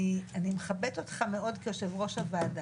אני מכבדת אותך מאוד כיושב-ראש הוועדה,